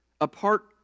apart